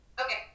Okay